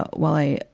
but while i,